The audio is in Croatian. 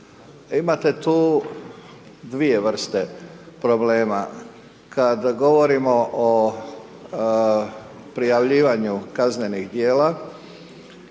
Imate tu dvije vrste problema. Kad govorimo o prijavljivanju kaznenih djela